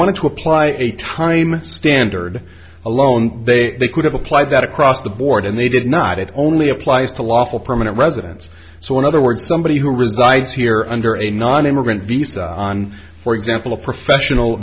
wanted to apply a time standard alone they they could have applied that across the board and they did not it only applies to lawful permanent residents so in other words somebody who resides here under a nonimmigrant visa on for example a professional